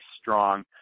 strong